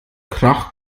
krach